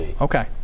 Okay